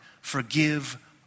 forgive